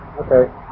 Okay